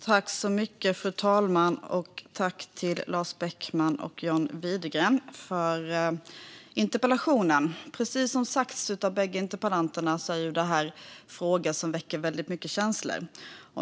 Fru talman! Tack, Lars Beckman och John Widegren, för interpellationen! Precis som bägge interpellanterna sagt är detta en fråga som väcker väldigt mycket känslor.